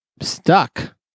stuck